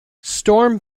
storm